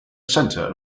centre